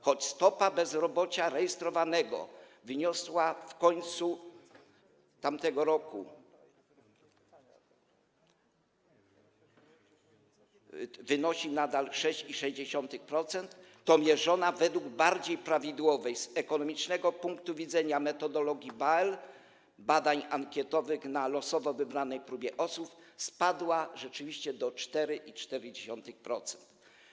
Choć stopa bezrobocia rejestrowanego wyniosła w końcu tamtego roku i wynosi nadal 6,6%, to mierzona według bardziej prawidłowej z ekonomicznego punktu widzenia metodologii BAEL, badań ankietowych na losowo wybranej próbie osób, spadła rzeczywiście do 4,4%.